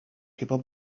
people